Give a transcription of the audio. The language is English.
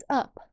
up